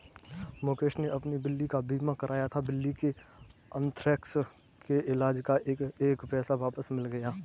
मुकेश ने अपनी बिल्ली का बीमा कराया था, बिल्ली के अन्थ्रेक्स के इलाज़ का एक एक पैसा वापस मिल गया